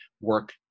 work